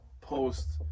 post